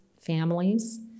families